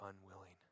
unwilling